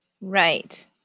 Right